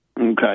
Okay